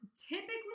typically